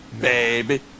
baby